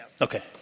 Okay